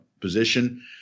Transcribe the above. position